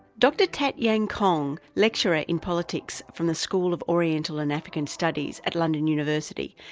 dr tat yan kong, lecturer in politics from the school of oriental and african studies at london university,